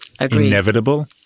inevitable